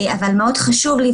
אבל מאוד חשוב לי,